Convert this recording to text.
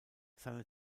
seine